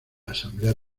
asamblea